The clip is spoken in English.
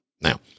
Now